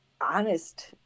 honest